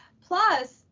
Plus